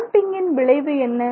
டேம்பிங்கின் விளைவு என்ன